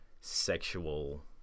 sexual